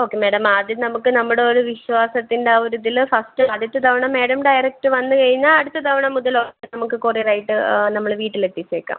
okay madam ആദ്യം നമ്മൾക്ക് നമ്മുടെ ഓരോ വിശ്വാസത്തിൻ്റെ ആ ഒരിതിൽ ഫസ്റ്റ് ആദ്യത്തെ തവണ മേഡം ഡയറക്റ്റ് വന്നു കഴിഞ്ഞാൽ അടുത്ത തവണ മുതല് ഒരോന്ന് നമുക്ക് കൊറിയർ ആയിട്ട് നമ്മൾ വീട്ടിൽ എത്തിച്ചേക്കാം